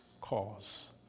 cause